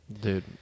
dude